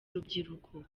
rubyiruko